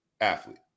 athlete